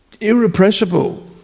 irrepressible